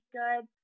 good